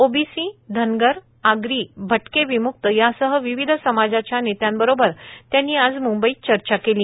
OBC Dhangar Agri भटके विमुक्त यासह विविध समाजाच्या नेत्यांबरोबर त्यांनी आज म्ंबईत चर्चा केली